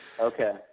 Okay